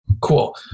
Cool